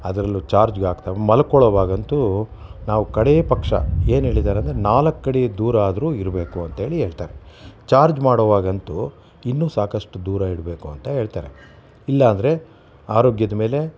ಅದರಲ್ಲೂ ಚಾರ್ಜ್ಗೆ ಹಾಕ್ದಾಗ ಮಲ್ಕೊಳ್ಳೋವಾಗಂತೂ ನಾವು ಕಡೇ ಪಕ್ಷ ಏನು ಹೇಳಿದಾರೆ ಅಂದರೆ ನಾವು ನಾಲ್ಕು ಅಡಿ ದೂರ ಆದರೂ ಇರಬೇಕು ಅಂತ ಹೇಳಿ ಹೇಳ್ತಾರೆ ಚಾರ್ಜ್ ಮಾಡುವಾಗಂತೂ ಇನ್ನೂ ಸಾಕಷ್ಟು ದೂರ ಇಡಬೇಕು ಅಂತ ಹೇಳ್ತಾರೆ ಇಲ್ಲಾಂದರೆ ಆರೋಗ್ಯದ ಮೇಲೆ